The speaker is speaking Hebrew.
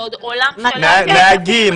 זה עולם שלם --- נהגים,